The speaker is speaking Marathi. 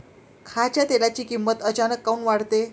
खाच्या तेलाची किमत अचानक काऊन वाढते?